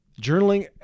journaling